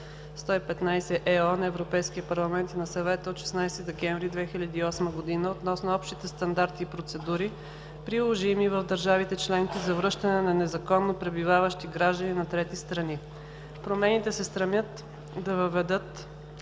на Европейския парламент и на Съвета от 16 декември 2008 година относно общите стандарти и процедури, приложими в държавите-членки за връщане на незаконно пребиваващи граждани на трети страни. Промените се стремят да въведат